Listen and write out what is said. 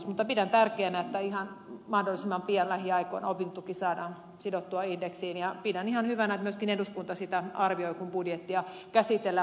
mutta pidän tärkeänä että ihan mahdollisimman pian lähiaikoina opintotuki saadaan sidottua indeksiin ja pidän ihan hyvänä että myöskin eduskunta sitä arvioi kun budjettia käsitellään